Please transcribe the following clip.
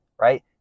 right